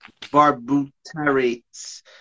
barbuterates